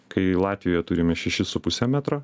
kai latvijoje turime šešis su puse metro